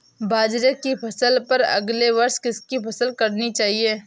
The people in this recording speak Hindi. बाजरे की फसल पर अगले वर्ष किसकी फसल करनी चाहिए?